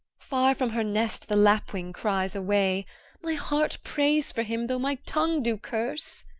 far from her nest the lapwing cries away my heart prays for him, though my tongue do curse.